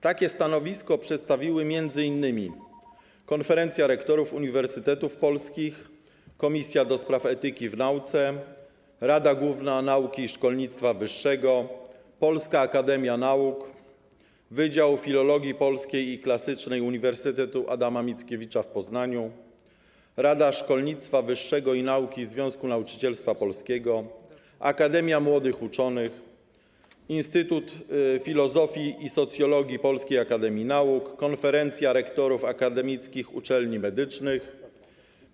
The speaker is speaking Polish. Takie stanowisko przedstawiły m.in. Konferencja Rektorów Uniwersytetów Polskich, komisja ds. etyki w nauce, Rada Główna Nauki i Szkolnictwa Wyższego, Polska Akademia Nauk, Wydział Filologii Polskiej i Klasycznej Uniwersytetu im. Adama Mickiewicza w Poznaniu, Rada Szkolnictwa Wyższego i Nauki Związku Nauczycielstwa Polskiego, Akademia Młodych Uczonych, Instytut Filozofii i Socjologii Polskiej Akademii Nauk, Konferencja Rektorów Akademickich Uczelni Medycznych,